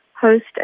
host